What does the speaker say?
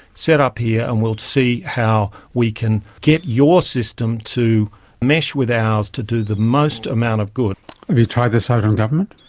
set up here and we'll see how we can get your system to mesh with ours to do the most amount of good. have you tried this out on government?